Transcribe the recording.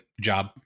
job